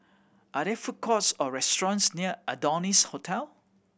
are there food courts or restaurants near Adonis Hotel